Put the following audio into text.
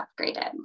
upgraded